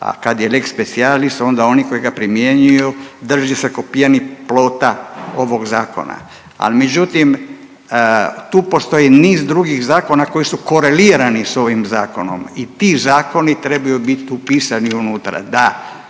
a kad je lex specialis onda oni koji ga primjenjuju drži se ko pijani plota ovog zakona, al međutim tu postoji niz drugih zakona koji su kolerilani s ovim zakonom i ti zakoni trebaju bit upisani unutra, da